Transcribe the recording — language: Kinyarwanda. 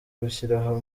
gushyiraho